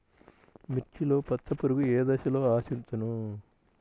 మిర్చిలో పచ్చ పురుగు ఏ దశలో ఆశించును?